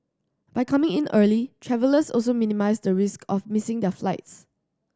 by coming in early travellers also minimise the risk of missing their flights